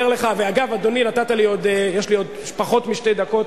אגב, אדוני, יש לי עוד פחות משתי דקות.